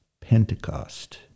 Pentecost